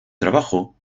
trabajo